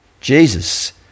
Jesus